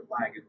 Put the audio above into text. flag